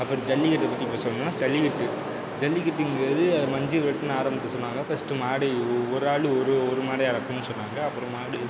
அப்புறம் ஜல்லிக்கட்டை பற்றி பேசணும்னா ஜல்லிக்கட்டு ஜல்லிக்கட்டுங்கிறது அது மஞ்சு விரட்டுன்னு ஆரம்பித்துச்சினாங்கா ஃபர்ஸ்ட்டு மாடு ஒரு ஆள் ஒரு ஒரு மாட்ட எறக்கணும்னு சொன்னாங்க அப்புறம் மாடு